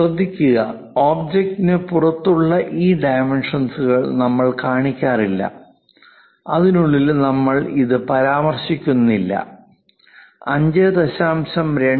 ശ്രദ്ധിക്കുക ഒബ്ജക്റ്റിന് പുറത്തുള്ള ഈ ഡൈമെൻഷൻസ്കൾ നമ്മൾ കാണിക്കാറില്ല അതിനുള്ളിൽ നമ്മൾ ഇത് പരാമർശിക്കുന്നില്ല 5